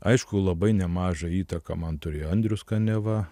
aišku labai nemažą įtaką man turėjo andrius kaniava